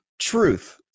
Truth